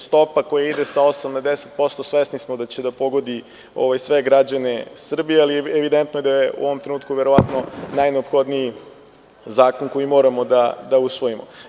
Stopa koja ide sa 8% na 10%, svesni smo da će da pogodi sve građane Srbije, ali evidentno je da je u ovom trenutku verovatno najneophodniji zakon koji moramo da usvojimo.